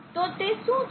તો તે શું છે